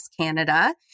Canada